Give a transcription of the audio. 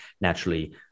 naturally